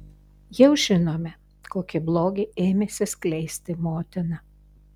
jau žinome kokį blogį ėmėsi skleisti motina